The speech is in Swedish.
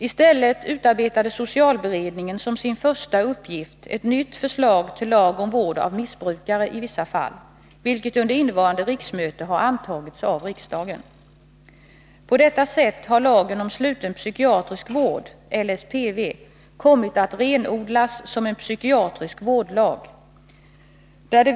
I stället utarbetade socialberedningen som sin första uppgift ett nytt förslag till lag om vård av missbrukare i vissa fall, vilket under innevarande riksmöte antagits av riksdagen. På detta sätt har lagen om sluten psykiatrisk vård kommit att renodlas som en psykiatrisk vårdlag.